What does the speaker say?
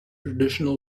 traditional